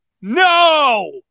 No